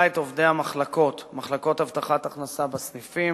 את עובדי מחלקות הבטחת הכנסה בסניפים